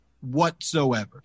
whatsoever